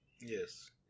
Yes